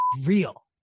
real